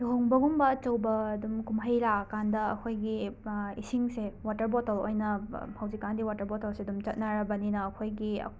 ꯂꯨꯍꯣꯡꯕꯒꯨꯝꯕ ꯑꯆꯧꯕ ꯑꯗꯨꯝ ꯀꯨꯝꯍꯩ ꯂꯥꯛꯑꯀꯥꯟꯗ ꯑꯈꯣꯏꯒꯤ ꯏꯁꯤꯡꯁꯦ ꯋꯥꯇꯔ ꯕꯣꯇꯜ ꯑꯣꯏꯅ ꯍꯧꯖꯤꯛꯀꯥꯟꯗꯤ ꯋꯥꯇꯔ ꯕꯣꯇꯜꯁꯦ ꯑꯗꯨꯝ ꯆꯠꯅꯔꯕꯅꯤꯅ ꯑꯈꯣꯏꯒꯤ